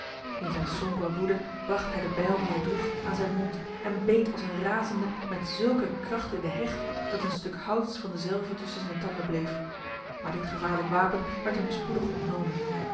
in zijn sombre woede bracht hij de bijl die hij droeg aan zijn mond en beet als een razende met zulke kracht in de hecht dat een stuk houts van de zelve tussen zijn tanden bleef maar dit gevaarlijk wapen werd hem spoedig ontnomen